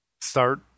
start